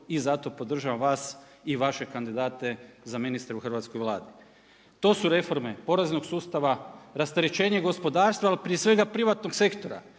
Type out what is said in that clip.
i zato podržavam vas i vaše kandidate za ministre u Hrvatskoj vladi. To su reforme poreznog sustava, rasterećenje gospodarstva ali prije svega privatnog sektora